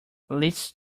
least